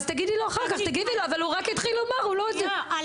שנייה -- אז תגידי לו אחר כך.